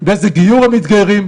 באיזה גיור הם מתגיירים,